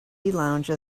lounge